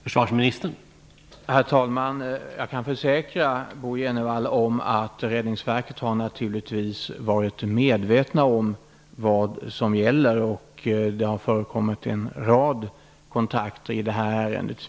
Herr talman! Jag kan försäkra Bo G Jenevall om att man på Räddningsverket naturligtvis har varit medveten om vad som gäller. Det har före kommit en rad kontakter i det här ärendet.